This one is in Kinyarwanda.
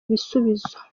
ibisubizo